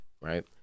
right